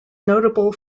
notable